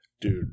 Dude